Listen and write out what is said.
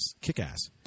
Kick-Ass